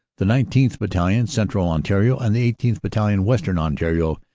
the nineteenth. battalion, central ontario, and the eighteenth. battalion. western ontario,